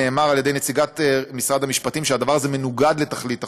נאמר על ידי נציגת משרד המשפטים שהדבר הזה מנוגד לתכלית החוק.